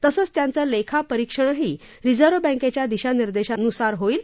तसंच त्यांचं लेखा परीक्षणही रिझर्व्ह बँकेच्या दिशानिर्देशांनुसार होईल